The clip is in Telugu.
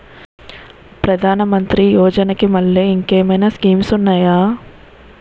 ప్రధాన మంత్రి యోజన కి మల్లె ఇంకేమైనా స్కీమ్స్ ఉన్నాయా?